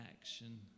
action